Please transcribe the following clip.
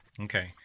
Okay